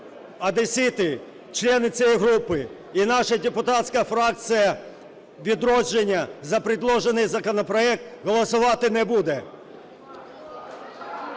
Одесити, члени цієї групи і наша депутатська фракція "Відродження", за предложений законопроект голосувати не буде.